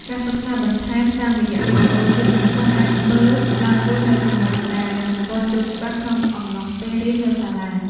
ការសិក្សាបន្ថែមតាមរយៈវីដេអូជួយឱ្យសិស្សអាចមើលឡើងវិញនូវចំណុចដែលមិនទាន់យល់ច្បាស់ក្នុងអំឡុងពេលរៀននៅសាលា។